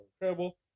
incredible